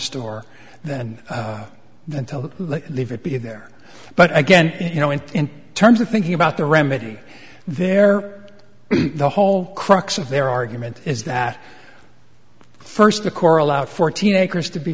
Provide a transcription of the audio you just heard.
store than until leave it be there but again you know in terms of thinking about the remedy there the whole crux of their argument is that first the coral out fourteen acres to be